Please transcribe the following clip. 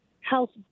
health